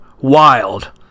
wild